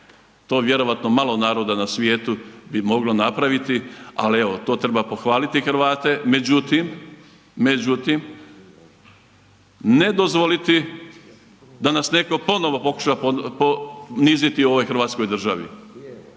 To vjerojatno malo naroda na svijetu bi moglo napraviti, ali evo to treba pohvaliti Hrvate. Međutim, međutim ne dozvoliti da nas neko ponovo pokuša poniziti u ovoj Hrvatskoj državi.